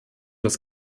das